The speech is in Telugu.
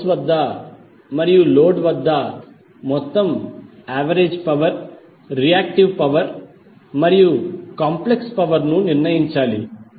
మనము సోర్స్ వద్ద మరియు లోడ్ వద్ద మొత్తం యావరేజ్ పవర్ రియాక్టివ్ పవర్ మరియు కాంప్లెక్స్ పవర్ ను నిర్ణయించాలి